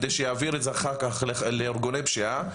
כדי שיעביר את זה אחר כך לארגוני פשיעה,